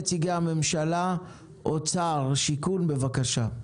נציגי הממשלה: אוצר, שיכון, בבקשה.